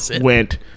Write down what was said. went